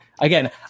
Again